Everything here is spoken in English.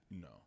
No